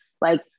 Like-